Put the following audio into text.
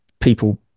people